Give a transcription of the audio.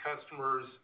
customers